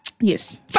Yes